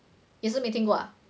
也是没听过啊